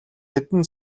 хэдэн